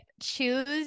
choose